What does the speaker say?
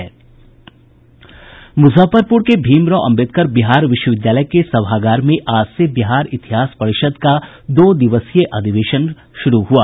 मुजफ्फरपुर के भीमराव अम्बेदकर बिहार विश्वविद्यालय के सभागार में आज से बिहार इतिहास परिषद का दो दिवसीय अधिवेशन शुरू हुआ